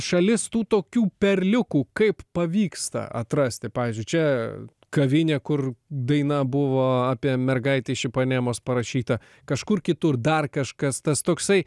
šalis tų tokių perliukų kaip pavyksta atrasti pavyzdžiui čia kavinė kur daina buvo apie mergaitę iš ipanemos parašyta kažkur kitur dar kažkas tas toksai